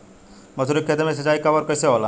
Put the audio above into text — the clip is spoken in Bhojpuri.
मसुरी के खेती में सिंचाई कब और कैसे होला?